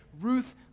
Ruth